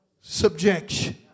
subjection